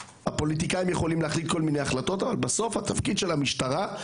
הפוליטיקאים יכולים להחליט כל מיני החלטות אבל בסוף התפקיד של המשטרה,